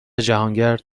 جهانگرد